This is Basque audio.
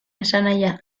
esanahia